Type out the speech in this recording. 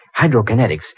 Hydrokinetics